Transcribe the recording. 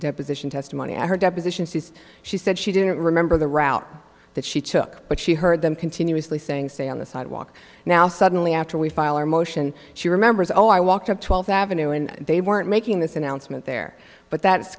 deposition testimony at her deposition says she said she didn't remember the route that she took but she heard them continuously saying stay on the sidewalk now suddenly after we file our motion she remembers oh i walked up twelve avenue and they weren't making this announcement there but that